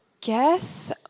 guess